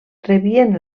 rebien